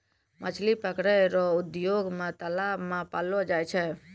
मछली पकड़ै रो उद्योग मे तालाब मे पाललो जाय छै